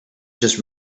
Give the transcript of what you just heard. just